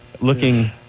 looking